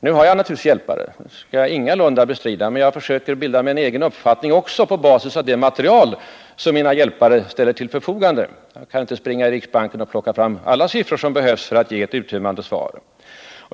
Nu har jag naturligtvis hjälpare, det skall jag ingalunda bestrida, men jag försöker bilda mig en egen uppfattning också, på basis av det material som mina hjälpare ställer till förfogande. Jag kan inte själv springa i riksbanken och plocka fram alla siffror som behövs för att ge ett uttömmande svar.